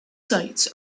sites